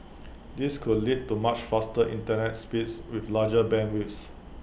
this could lead to much faster Internet speeds with larger bandwidths